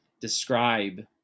describe